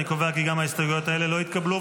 אני קובע כי גם ההסתייגויות האלה לא התקבלו.